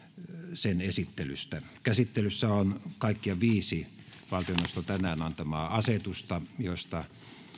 siitä käsittelyssä on kaikkiaan viisi valtioneuvoston tänään antamaa asetusta joista